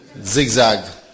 Zigzag